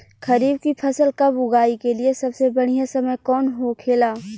खरीफ की फसल कब उगाई के लिए सबसे बढ़ियां समय कौन हो खेला?